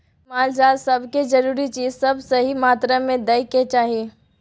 माल जाल सब के जरूरी चीज सब सही मात्रा में दइ के चाही